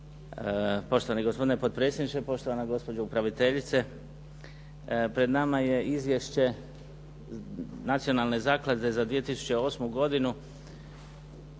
Poštovani gospodine potpredsjedniče, poštovana gospođo upraviteljice. Pred nama je Izvješće Nacionalne zaklada za 2008. godinu.